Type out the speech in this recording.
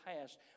past